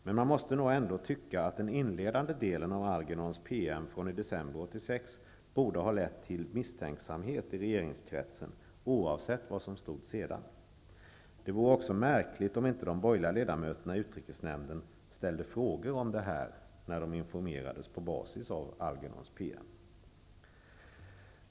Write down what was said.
Men man måste nog ändå tycka att den inledande delen av Algernons PM från december 1986 borde ha lett till misstänksamhet i regeringskretsen, oavsett vad som stod sedan. Det vore också märkligt om inte de borgerliga ledamöterna i utrikesnämnden ställde frågor om det här när de informerades på basis av Algernons PM.